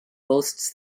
boasts